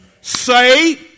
say